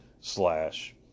slash